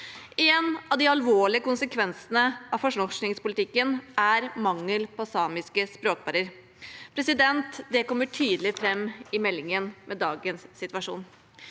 Én av de alvorlige konsekvensene av fornorskningspolitikken er mangel på samiske språkbærere. Det kommer tydelig fram i meldingen om dagens situasjon.